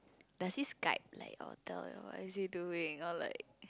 does he Skype like or tell you what is he doing or like